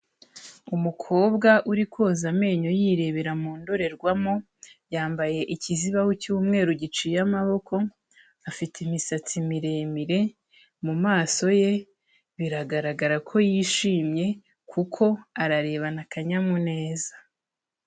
Umukobwa uri koza amenyo yirebera mu ndorerwamo, yambaye ikizibaho cy'umweru giciye amaboko, afite imisatsi miremire, mu maso ye biragaragara ko yishimye kuko ararebana akanyamuneza.